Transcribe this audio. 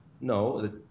no